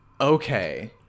Okay